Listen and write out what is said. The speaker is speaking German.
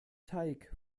teig